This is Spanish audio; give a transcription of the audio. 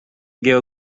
quedo